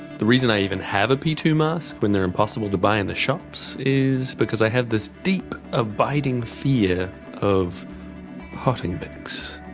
the reason i even have a p two mask when they are impossible to buy in the shops is because i had this deep abiding fear of potting mix.